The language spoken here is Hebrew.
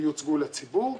יוצגו לציבור,